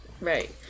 Right